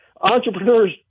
entrepreneurs